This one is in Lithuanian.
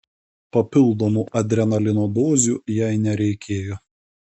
papildomų adrenalino dozių jai nereikėjo